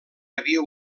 havia